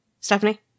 Stephanie